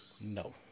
No